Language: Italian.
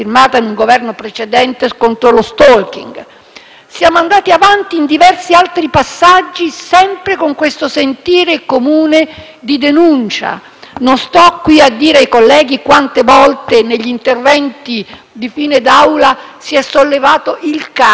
siamo andati avanti, in diversi altri passaggi, sempre con questo sentire comune di denuncia. Non sto qui a ricordare ai colleghi quante volte, negli interventi di fine seduta, si è sollevato il caso, il problema, la concretezza del singolare